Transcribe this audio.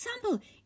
example